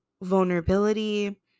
vulnerability